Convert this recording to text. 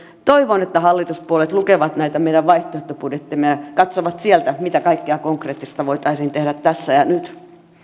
toivon että hallituspuolueet lukevat näitä meidän vaihtoehtobudjettejamme ja katsovat sieltä mitä kaikkea konkreettista voitaisiin tehdä tässä ja nyt